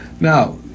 Now